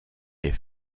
est